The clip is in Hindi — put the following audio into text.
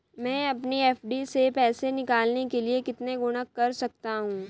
मैं अपनी एफ.डी से पैसे निकालने के लिए कितने गुणक कर सकता हूँ?